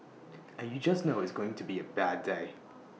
and you just know it's going to be A bad day